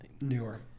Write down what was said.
newer